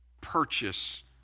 purchase